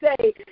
say